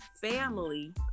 family